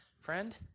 Friend